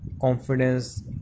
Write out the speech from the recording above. confidence